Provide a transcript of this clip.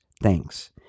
Thanks